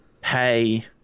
pay